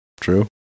True